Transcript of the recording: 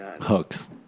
Hooks